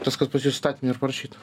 tas kas pas juos įstatyme ir parašyta